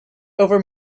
over